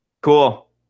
Cool